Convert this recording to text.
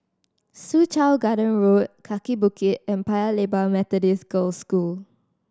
Soo Chow Garden Road Kaki Bukit and Paya Lebar Methodist Girls' School